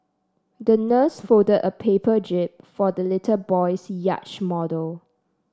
the nurse folded a paper jib for the little boy's yacht model